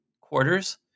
quarters